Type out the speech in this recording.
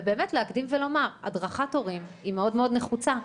ובאמת להקדים ולומר: הדרכת הורים היא מאוד-מאוד נחוצה.